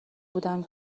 بودم